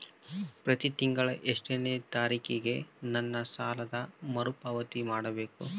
ಪ್ರತಿ ತಿಂಗಳು ಎಷ್ಟನೇ ತಾರೇಕಿಗೆ ನನ್ನ ಸಾಲದ ಮರುಪಾವತಿ ಮಾಡಬೇಕು?